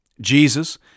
Jesus